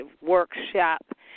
workshop